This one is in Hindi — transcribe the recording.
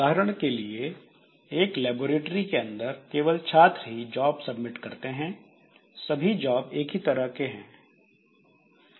उदाहरण के लिए एक लेबोरेटरी के अंदर केवल छात्र ही जॉब सबमिट करते हैं सभी जॉब एक ही तरह के हैं